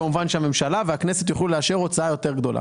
הממשלה והכנסת יוכלו לאשר הוצאה יותר גדולה.